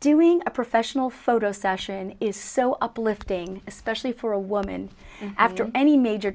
doing a professional photo session is so uplifting especially for a woman after any major